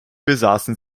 besaßen